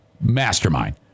mastermind